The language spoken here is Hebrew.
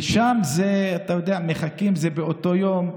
שם, אתה יודע, מחכים לזה באותו יום,